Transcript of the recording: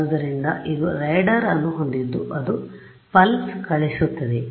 ಆದ್ದರಿಂದ ಇದು ರೇಡಾರ್ ಅನ್ನು ಹೊಂದಿದ್ದು ಅದು ಪಲ್ಸ್ ಕಳುಹಿಸುತ್ತದೆ